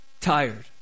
tired